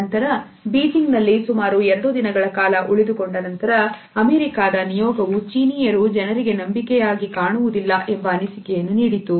ನಂತರ ಬೀಜಿಂಗ್ನಲ್ಲಿ ಸುಮಾರು ಎರಡು ದಿನಗಳ ಕಾಲ ಉಳಿದುಕೊಂಡ ನಂತರ ಅಮೇರಿಕಾ ನಿಯೋಗವು ಚೀನಿಯರು ಜನರಿಗೆ ನಂಬಿಕೆ ಕಾಣುವುದಿಲ್ಲ ಎಂಬ ಅನಿಸಿಕೆಯನ್ನು ನೀಡಿತು